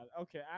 Okay